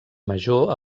major